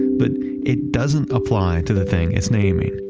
but it doesn't apply to the thing it's naming.